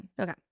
Okay